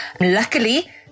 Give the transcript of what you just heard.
Luckily